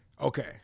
Okay